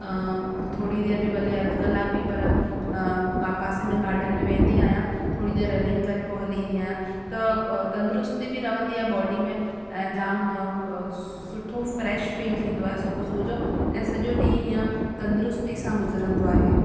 थोरी देरि बि भले अधु कलाक बि पर पासे में गार्डन में वेंदी आहियां थोरी देरि रनिंग करे पोइ हली ईंदी आहियां त प तंदुरुस्ती बि रहंदी आहे बॉडी में ऐं जाम सुठो फ्रेश फील थींदो आहे सुबुह सुबुह जो ऐं सॼो ॾींहुं हीअं तंदुरुस्ती सां गुज़रंदो आहे